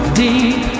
deep